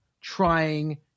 trying